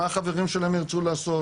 מה החברים שלהם ירצו לעשות,